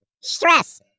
stress